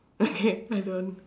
okay I don't